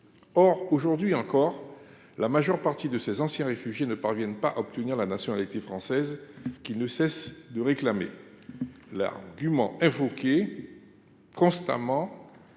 Or, aujourd’hui encore, la majeure partie de ces anciens réfugiés ne parviennent pas à obtenir la nationalité française, qu’ils ne cessent de réclamer. L’argument constamment